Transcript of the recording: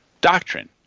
doctrine